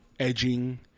edging